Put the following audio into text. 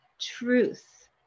truth